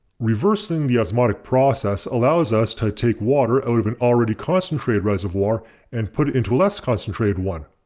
reversing the osmotic process allows us to take water out of an already concentrated reservoir and put it into a less concentrated one.